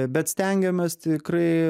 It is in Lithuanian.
bet stengiamės tikrai